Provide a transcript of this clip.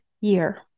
year